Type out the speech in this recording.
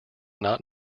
not